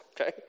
okay